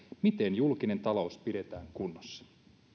miten julkinen talous pidetään kunnossa